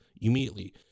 immediately